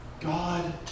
God